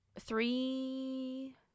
three